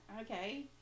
Okay